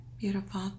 Beautiful